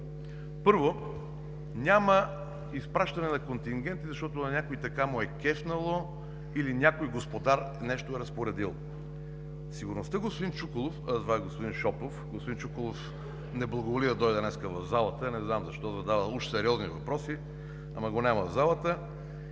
Първо, няма изпращане на контингенти, защото на някой така му е кефнало, или някой господар нещо е разпоредил. Господин Чуколов! Извинете, господин Шопов, господин Чуколов не благоволи да дойде днес в залата не знам защо, а задава уж сериозни въпроси, но го няма в залата,